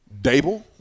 Dable